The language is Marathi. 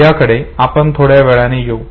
याकडे आपण थोड्या वेळाने येऊ